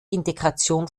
integration